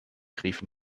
riefen